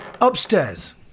upstairs